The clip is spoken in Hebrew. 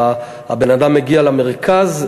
הבן-אדם מגיע למרכז,